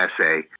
essay